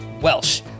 Welsh